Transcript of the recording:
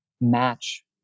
match